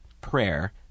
prayer